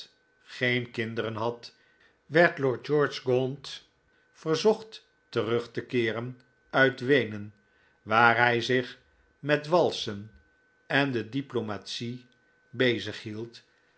geen kinderen had werd lord george gaunt verzocht terug te keeren uit weenen waar hij zich met walsen en de diplomatic bezig hield